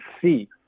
see